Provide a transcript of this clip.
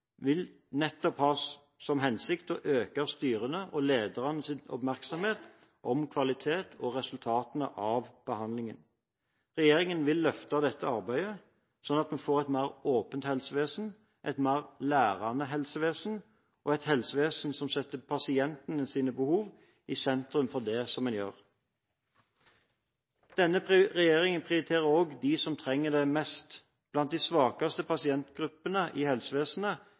vil nettopp ha som hensikt å øke styrene og ledernes oppmerksomhet om kvalitet og resultatene av behandlingen. Regjeringen vil løfte dette arbeidet, sånn at vi får et mer åpent helsevesen, et mer lærende helsevesen og et helsevesen som setter pasientens behov i sentrum for det man gjør. Denne regjeringen prioriterer også de som trenger det mest. Blant de svakeste pasientgruppene i helsevesenet